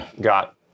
got